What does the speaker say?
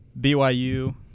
BYU